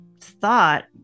thought